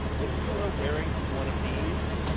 if you are wearing one of these,